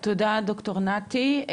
תודה ד"ר נתי.